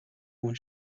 хүн